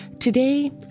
Today